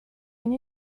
une